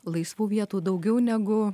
laisvų vietų daugiau negu